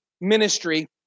ministry